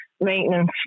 maintenance